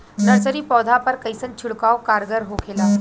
Nursery पौधा पर कइसन छिड़काव कारगर होखेला?